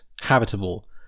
habitable